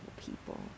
people